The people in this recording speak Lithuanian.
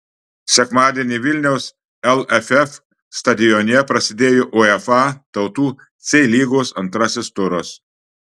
sekmadienį vilniaus lff stadione prasidėjo uefa tautų c lygos antrasis turas